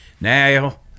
Now